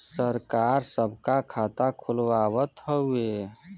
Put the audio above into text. सरकार सबका खाता खुलवावत हउवे